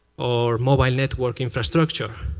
or mobile network infrastructure,